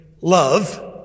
love